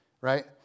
right